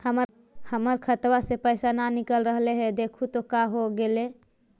हमर खतवा से पैसा न निकल रहले हे देखु तो का होगेले?